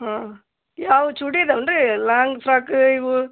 ಹಾಂ ಯಾವ ಚೂಡಿ ಇದಾವ್ನ ರೀ ಲಾಂಗ್ ಫ್ರಾಕ ಇವು